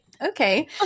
okay